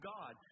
God